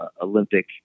Olympic